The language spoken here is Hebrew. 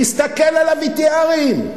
תסתכל על יוון.